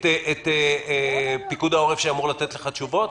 את אנשי פיקוד העורף שאמורים לתת לך תשובות?